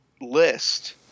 list